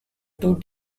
two